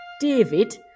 David